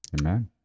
Amen